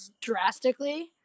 drastically